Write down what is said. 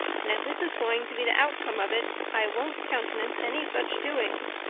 and if this is going to be the outcome of it, i won't countenance any such doings.